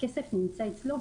הכסף נמצא אצלו.